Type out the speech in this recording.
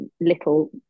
little